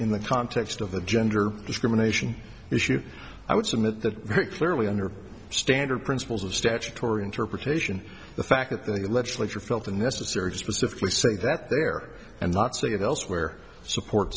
in the context of the gender discrimination issue i would submit that very clearly under standard principles of statutory interpretation the fact that the legislature felt a necessary specifically say that there and not see it elsewhere support